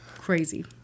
Crazy